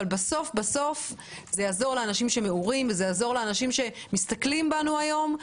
בסוף זה יעזור לאנשים שמעורים ויעזור לאנשים שמסתכלים עלינו היום.